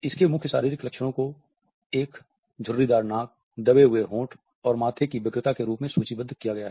इसके मुख्य शारीरिक लक्षणों को एक झुर्रीदार नाक दबे हुए होंठ और माथे की व्यग्रता के रूप में सूचीबद्ध किया गया है